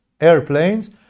airplanes